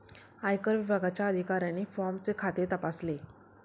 आयकर विभागाच्या अधिकाऱ्याने फॉर्मचे खाते तपासले